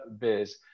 Biz